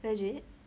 legit